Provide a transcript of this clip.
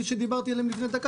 שדיברתי עליהם לפני דקה,